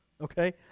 Okay